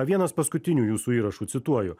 vienas paskutinių jūsų įrašų cituoju